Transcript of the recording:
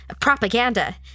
propaganda